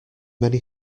many